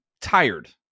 tired